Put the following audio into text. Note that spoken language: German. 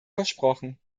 versprochen